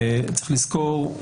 צריך לזכור,